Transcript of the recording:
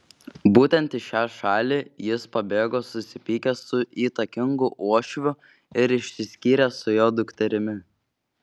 būtent į šią šalį jis pabėgo susipykęs su įtakingu uošviu ir išsiskyręs su jo dukterimi